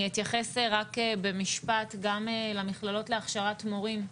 אני אתייחס רק במשפט גם למכללות להכשרת מורים.